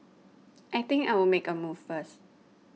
I think I'll make a move first